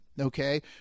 Okay